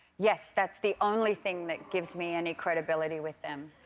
yes, that's the only thing that gives me any credibility with them.